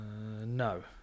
no